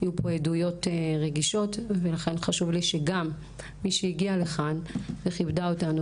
יהיו פה עדויות רגישות ולכן חשוב לי שגם מי שהיגעה לכאן וכיבדה אותנו